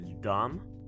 dumb